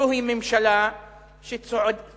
זוהי ממשלה שצועדת,